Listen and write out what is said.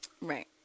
Right